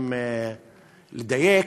אם לדייק,